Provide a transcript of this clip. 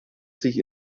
sich